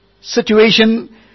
situation